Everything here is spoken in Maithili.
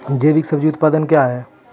जैविक सब्जी उत्पादन क्या हैं?